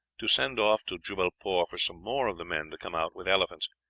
to send off to jubbalpore for some more of the men to come out with elephants,